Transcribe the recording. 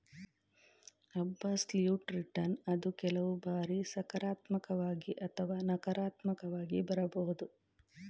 absolute return ಅದು ಕೆಲವು ಬಾರಿ ಸಕಾರಾತ್ಮಕವಾಗಿ ಅಥವಾ ನಕಾರಾತ್ಮಕವಾಗಿ ಬರಬಹುದು